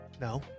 No